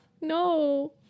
No